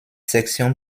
section